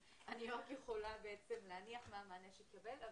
יכולה בעצם להניח מה המענה שנקבל.